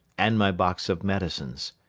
and my box of medicines.